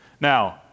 Now